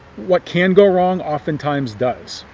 what can go wrong, often times does.